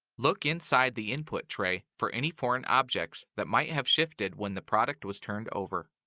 look inside the input tray for any foreign objects that might have shifted when the product was turned over.